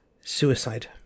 suicide